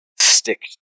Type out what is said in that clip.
stick